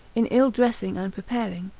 in ill-dressing and preparing,